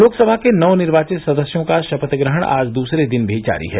लोकसभा के नवनिर्वाचित सदस्यों का शपथ ग्रहण आज दूसरे दिन भी जारी है